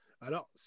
Alors